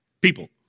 people